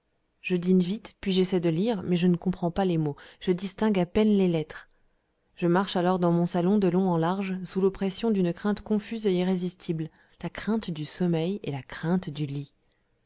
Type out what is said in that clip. je dîne vite puis j'essaye de lire mais je ne comprends pas les mots je distingue à peine les lettres je marche alors dans mon salon de long en large sous l'oppression d'une crainte confuse et irrésistible la crainte du sommeil et la crainte du lit